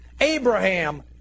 Abraham